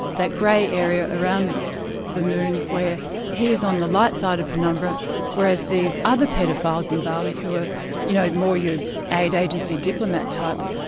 that grey area around the moon, where he is on the light side of penumbra whereas these other paedophiles in bali, who were ah you know more your aid agency, diplomat types,